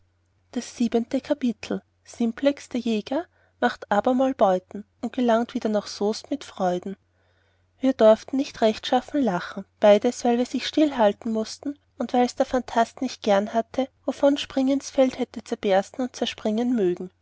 das siebente kapitel simplex der jäger macht abermal beuten und gelangt wieder nach soest mit freuden wir dorften nicht rechtschaffen lachen beides weil wir sich stillhalten mußten und weils der phantast nicht gern hatte wovon springinsfeld hätte zerbersten und zerspringen mögen